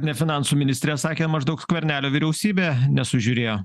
ne finansų ministrė sakė maždaug skvernelio vyriausybė nesužiūrėjo